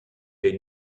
des